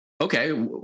Okay